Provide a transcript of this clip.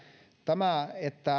tämä että